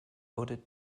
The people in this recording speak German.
wurde